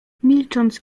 milcząc